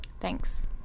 Thanks